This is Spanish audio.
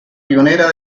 pionera